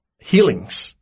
healings